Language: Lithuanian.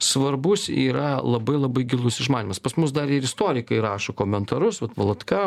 svarbus yra labai labai gilus išmanymas pas mus dar ir istorikai rašo komentarus valatka